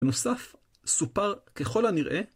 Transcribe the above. בנוסף, סופר ככל הנראה.